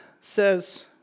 says